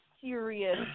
serious